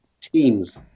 teams